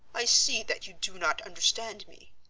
i see that you do not understand me.